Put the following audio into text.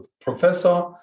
professor